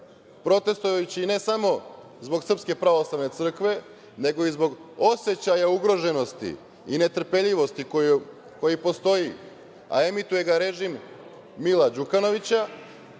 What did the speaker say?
protestvujući ne samo zbog Srpske Pravoslavne Crkve, nego i zbog osećaja ugroženosti i netrpeljivosti koji postoji, a emituje ga režim Mila Đukanovića,